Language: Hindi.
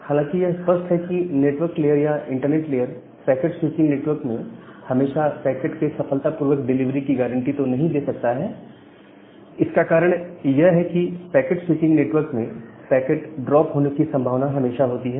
हालांकि यह स्पष्ट है कि नेटवर्क लेयर या internet layer packet switching network में हमेशा पैकेट के सफलतापूर्वक डिलीवरी की गारंटी तो नहीं दे सकता है इसका कारण यह है कि पैकेट स्विचिंग नेटवर्क में पैकेट ड्रॉप होने की संभावना हमेशा होती है